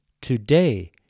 Today